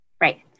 Right